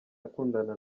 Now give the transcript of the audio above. akundana